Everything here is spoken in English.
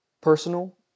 Personal